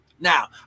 Now